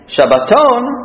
Shabbaton